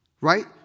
Right